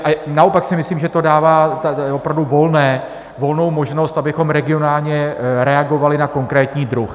A naopak si myslím, že to dává opravdu volnou možnost, abychom regionálně reagovali na konkrétní druh.